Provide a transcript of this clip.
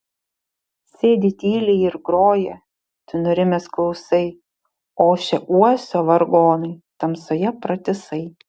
sėdi tyliai ir groja tu nurimęs klausai ošia uosio vargonai tamsoje pratisai